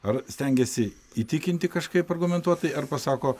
ar stengiasi įtikinti kažkaip argumentuotai ar pasako